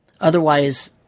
Otherwise